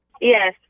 Yes